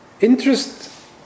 interest